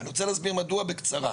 אני רוצה להסביר מדוע בקצרה.